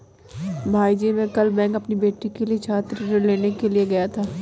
भाईजी मैं कल बैंक अपनी बेटी के लिए छात्र ऋण लेने के लिए गया था